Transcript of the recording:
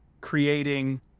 creating